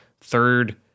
third